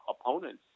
opponents